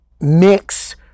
mix